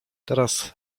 teraz